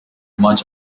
much